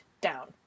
down